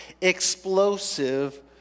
explosive